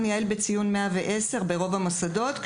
יע"ל שדרישת הציון בו היא 110 ברוב המוסדות.